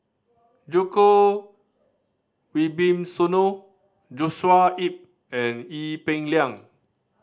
Djoko Wibisono Joshua Ip and Ee Peng Liang